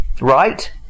Right